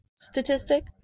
statistic